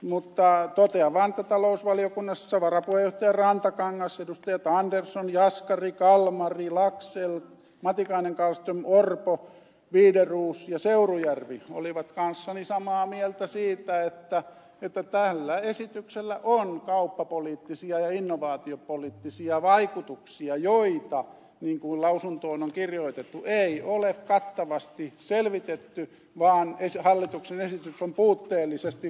mutta totean vaan että talousvaliokunnassa varapuheenjohtaja rantakangas sekä edustajat andersson jaskari kalmari laxell matikainen kallström orpo wideroos ja seurujärvi olivat kanssani samaa mieltä siitä että tällä esityksellä on kauppapoliittisia ja innovaatiopoliittisia vaikutuksia joita niin kuin lausuntoon on kirjoitettu ei ole kattavasti selvitetty vaan hallituksen esitys on puutteellisesti valmisteltu